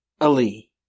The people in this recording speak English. Ali